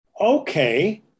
okay